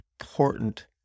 important